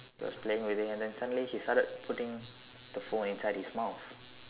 but was playing with it and then suddenly he started putting the phone inside his mouth